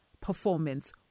performance